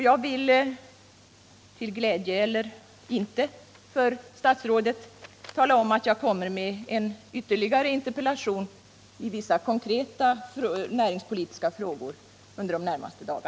Jag vill — till glädje eller inte — för statsrådet tala om att jag under de närmaste dagarna kommer med ytterligare en interpellation i vissa konkreta frågor som rör Norrbottens näringspolitik.